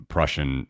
Prussian